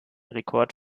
rekord